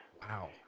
Wow